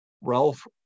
Ralph